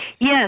Yes